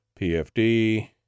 PFD